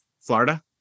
Florida